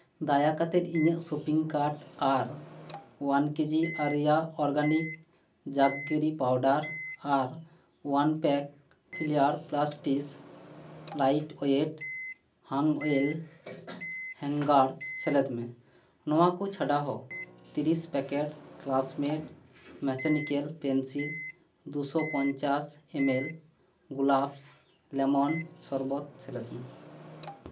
ᱫᱟᱭᱟ ᱠᱟᱛᱮ ᱤᱧᱟᱹᱜ ᱥᱚᱯᱤᱝ ᱠᱟᱨᱰ ᱟᱨ ᱳᱣᱟᱱ ᱠᱮᱡᱤ ᱟᱨᱤᱭᱟ ᱚᱨᱜᱟᱱᱤᱠ ᱡᱟᱠᱜᱤᱨᱤ ᱯᱟᱣᱰᱟᱨ ᱟᱨ one pack filler plastic light weight ᱦᱟᱢ ᱳᱭᱮᱞ ᱦᱮᱝᱜᱟᱨᱥ ᱥᱮᱞᱮᱫ ᱢᱮ ᱱᱚᱣᱟ ᱠᱚ ᱪᱷᱟᱰᱟ ᱦᱚᱸ ᱛᱤᱨᱤᱥ ᱯᱮᱠᱮᱴ ᱠᱞᱟᱥᱢᱮᱴ ᱢᱮᱠᱟᱱᱤᱠᱮᱞ ᱯᱮᱱᱥᱤᱞ ᱫᱩ ᱥᱚ ᱯᱚᱧᱪᱟᱥ ᱤᱢᱮᱞ ᱜᱳᱞᱟᱯᱷ ᱞᱮᱢᱚᱱ ᱥᱚᱨᱵᱚᱛ ᱥᱮᱞᱮᱫ ᱢᱮ